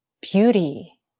beauty